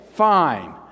Fine